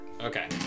Okay